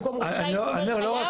ובמקום רשאי הוא אומר חייב?